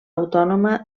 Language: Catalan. autònoma